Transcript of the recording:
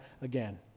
again